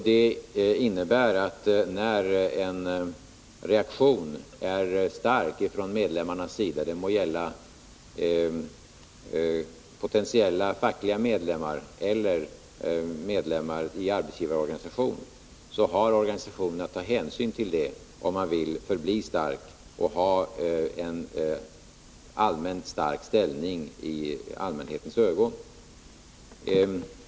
Det innebär att när en reaktion är stark ifrån medlemmarnas sida — det må gälla potentiella fackliga medlemmar eller medlemmar i en arbetsgivarorganisation — har organisationen att ta hänsyn till detta, om man vill förbli stark och ha en allmänt stark ställning i allmänhetens ögon.